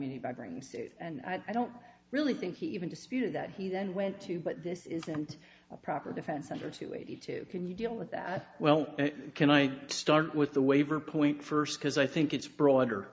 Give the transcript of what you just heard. me by bringing and i don't really think he even disputed that he then went to but this isn't a proper defense or to eighty two can you deal with that well can i start with the waiver point first because i think it's broader